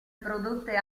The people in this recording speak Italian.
prodotte